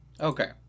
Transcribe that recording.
Okay